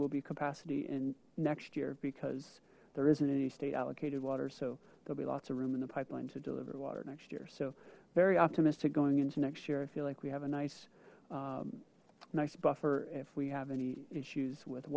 will be capacity in next year because there isn't any state allocated water so there'll be lots of room in the pipeline to deliver water next year so very optimistic going into next year i feel like we have a nice nice buffer if we have any issues with